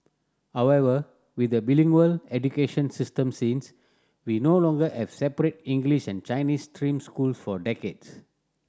however with a bilingual education system since we no longer have separate English and Chinese stream schools for decades